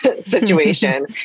situation